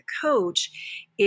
coach